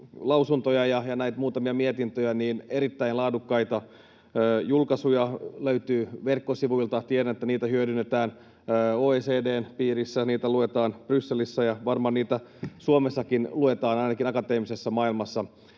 lausuntoja ja näitä muutamia mietintöjä, erittäin laadukkaita julkaisuja löytyy verkkosivuilta. Tiedän, että niitä hyödynnetään. OECD:n piirissä niitä luetaan Brysselissä, ja varmaan niitä Suomessakin luetaan, ainakin akateemisessa maailmassa,